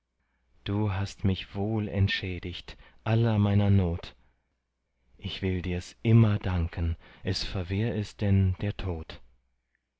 du hast mich wohl entschädigt aller meiner not ich will dirs immer danken es verwehr es denn der tod